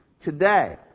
Today